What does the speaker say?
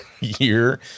year